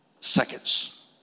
seconds